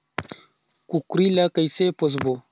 कूकरी ला कइसे पोसबो?